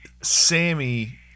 Sammy